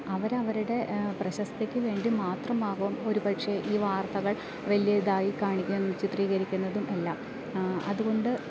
അവർ അവരുടെ പ്രശസ്തിക്ക് വേണ്ടി മാത്രമാകും ഒരു പക്ഷെ ഈ വാർത്തകൾ വലിയ ഇതായി കാണിക്കുകയും ചിത്രീകരിക്കുന്നതും എല്ലാം അതുകൊണ്ട്